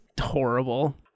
horrible